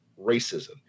racism